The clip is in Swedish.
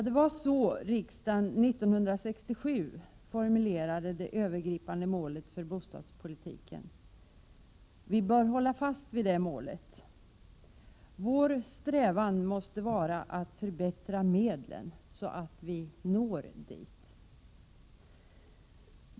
Det var så riksdagen år 1967 formulerade det övergripande målet för bostadspolitiken. Vi bör hålla fast vid det målet. Vår strävan måste vara att förbättra medlen, så att vi når målet.